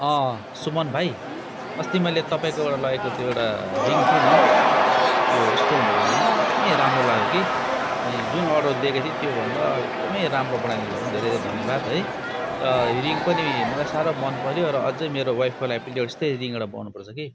सुमन भाइ अस्ति मैले तपाईँकोबाट लगेको त्यो एउटा रिङ थियो नि त्यो स्टोन भएको रिङ एकदम राम्रो लाग्यो कि अनि जुन अर्डर दिएको थिएँ त्यो भन्दा एकदम राम्रो बनाइदिनु भयो धेरै धेरै धन्यवाद है र यो रिङ पनि मलाई साह्रो मन पऱ्यो र अझ मेरो वाइफको लागि यस्तै रिङ एउटा बनाउनु पर्छ कि